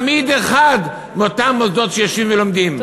לפגוע בתלמיד אחד מאותם מוסדות שיושבים ולומדים,